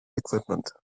equipment